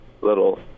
little